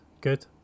good